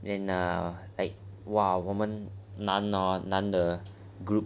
then err like !wow! 我们男哦男的 group